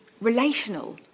relational